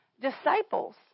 disciples